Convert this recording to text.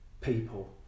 people